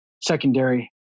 secondary